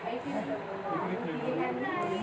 दहा किंटल कापूस ऐचायले किती मजूरी लागन?